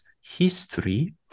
history